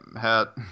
hat